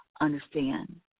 understand